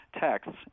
texts